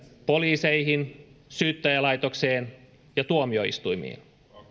poliiseihin syyttäjälaitokseen ja tuomioistuimiin